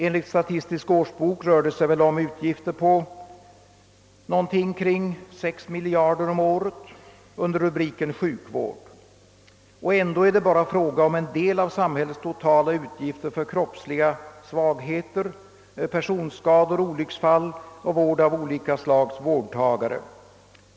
Enligt statistisk årsbok rör det sig om utgifter på cirka 6 miljarder kronor om året under rubriken Sjukvård. Ändå är detta bara en del av samhällets totala utgifter för kroppsliga svagheter, personskador och olycksfall och för vård av olika slags vårdtagare.